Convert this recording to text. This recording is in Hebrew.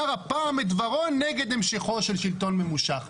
הפעם את דברו נגד המשכו של שלטון ממושך".